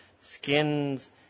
skins